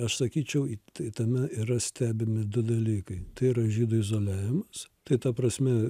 aš sakyčiau tame yra stebimi du dalykai tai yra žydų izoliavimas tai ta prasme